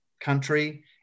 country